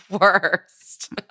worst